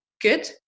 good